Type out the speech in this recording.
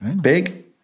Big